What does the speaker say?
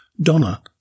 Donna